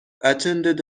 attended